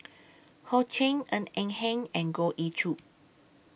Ho Ching Ng Eng Hen and Goh Ee Choo